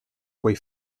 quei